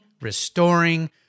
restoring